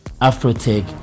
Afro-tech